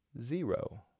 Zero